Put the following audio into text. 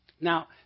Now